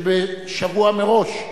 שבוע מראש,